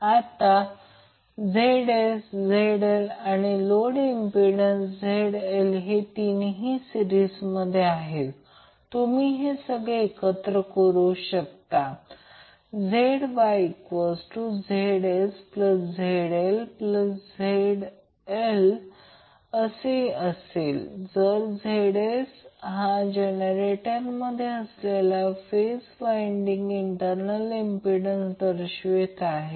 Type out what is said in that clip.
आता Zs Zl आणि load impedance ZL हे तीनही सिरीजमध्ये आहेत तुम्ही हे सगळे एकत्र करू शकता ZYZsZlZL असे मिळेल जसे Zs हा जनरेटरमध्ये असलेल्या फेज वाइंडिंगचा इटरनल इंम्प्पिडन्स दर्शवित आहे